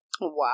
Wow